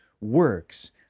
works